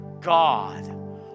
God